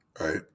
right